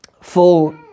Full